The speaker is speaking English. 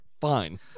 fine